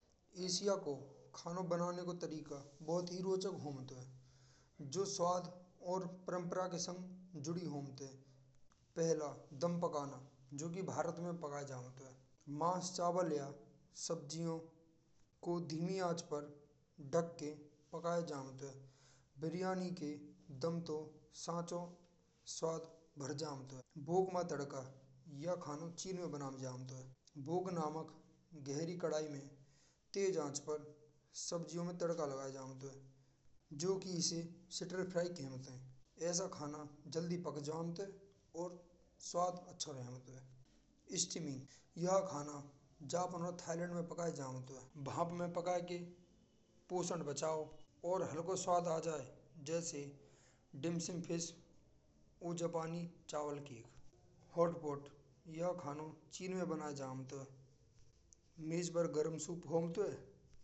एशिया को खाना बनाने का तरीका बहुत ही रोचक घुमते हैं स्वाद और परंपरा के संग जुड़ी होम द पहेला बांध पकाना जोगी भारत में पाया जाता है। मन चावल या सब्जियों को धीमे आंच पर ढाक के पकाए जातो है। बिरयानी के दम तो सांचो स्वाद भर जमत है। भूख में तड़का: यह खानों चीन में बनाव जात है। भुख नमक गहरी कढ़ाई में तेज आंच पर सब्जियों में तड़का लगायो जात है। जो कि इसे सिट्ल फ्राई कहते हैं। ऐसो खाना जल्दी पक जात है। और स्वाद अचो रह रात है। स्टिम्मिंग: यह खाना जापान और थाईलैंड में पकाए जात है। भाप में पका के इन्हें पोषण बचाव और हल्का स्वाद आ जाए। जैसे: डिमसिम फिश औ जापानी चावल की। होस्टस्पोर्ट: यहा खाना चीन में बनायो जात है।